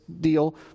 deal